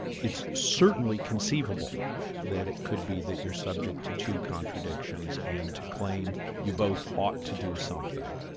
it's certainly conceivable that it could be that you're subject to two contradictions and to claim you both ought to do something,